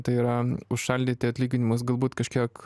tai yra užšaldyti atlyginimus galbūt kažkiek